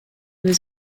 was